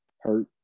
hurt